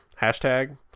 hashtag